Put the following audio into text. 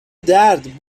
درد